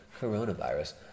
coronavirus